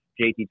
JT